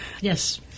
Yes